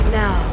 now